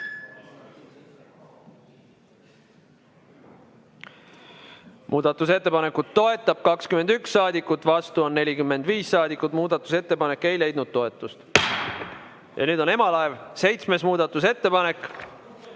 Muudatusettepanekut toetab 21 saadikut, vastu on 45 saadikut. Muudatusettepanek ei leidnud toetust. Ja nüüd on emalaev, seitsmes muudatusettepanek.